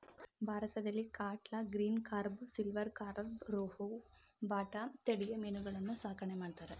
ಭಾರತದಲ್ಲಿ catla, green carp, silver carp, rohu, ಬಾಟ ತಳಿಯ ಮೀನುಗಳನ್ನು ಸಾಕಣೆ ಮಾಡ್ತರೆ